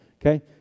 Okay